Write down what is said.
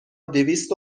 دویست